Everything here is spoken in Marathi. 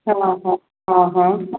हां हां हां हां